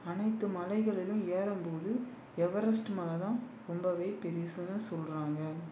அனைத்து மலைகளிலும் ஏறும்போது எவரெஸ்ட் மலை தான் ரொம்பவே பெருசுன்னு சொல்லுறாங்க